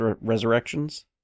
Resurrections